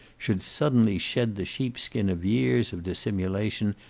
should suddenly shed the sheep skin of years of dissimulation,